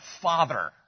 Father